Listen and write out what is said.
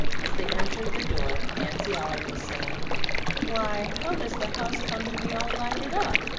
as they entered the door nancy ellen was saying why, how does the house come to be all lighted up?